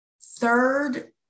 Third